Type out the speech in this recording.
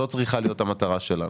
זאת צריכה להיות המטרה שלנו.